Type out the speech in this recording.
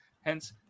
Hence